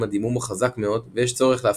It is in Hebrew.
הדימום הוא חזק מאוד ויש צורך להפסיקו,